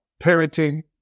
parenting